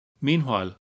Meanwhile